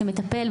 שמטפל,